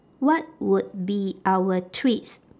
what would be our treats